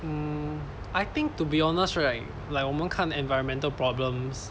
mm I think to be honest right like 我们看 environmental problems